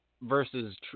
versus